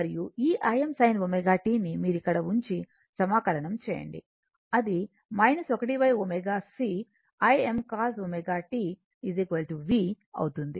మరియు ఈ Im sin ω t ని మీరు ఇక్కడ ఉంచి సమాకలనము చేయండి అది 1 ω c Im cos ω t v అవుతుంది